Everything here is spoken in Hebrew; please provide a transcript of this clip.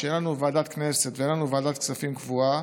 שאין לנו ועדת כנסת ואין לנו ועדת כספים קבועה,